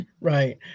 right